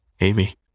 Amy